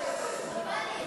אכיפה,